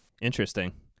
Interesting